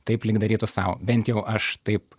taip lyg darytų sau bent jau aš taip